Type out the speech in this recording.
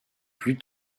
plus